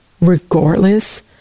regardless